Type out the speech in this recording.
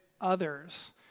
others